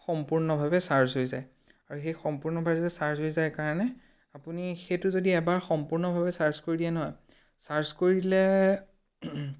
সম্পূৰ্ণভাৱে চাৰ্জ হৈ যায় আৰু সেই সম্পূৰ্ণভাৱে যে চাৰ্জ হৈ যায় কাৰণে আপুনি সেইটো যদি এবাৰ সম্পূৰ্ণভাৱে চাৰ্জ কৰি দিয়ে নহয় চাৰ্জ কৰি দিলে